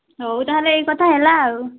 ହୋଉ ତାହେଲେ ଏଇ କଥା ହେଲା ଆଉ